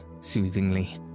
soothingly